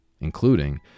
including